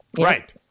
Right